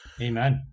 Amen